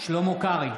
שלמה קרעי,